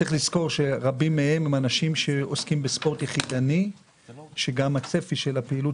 רבים מהם עוסקים בספורט יחידני שגם הצפי של הפעילות